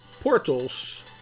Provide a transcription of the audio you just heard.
portals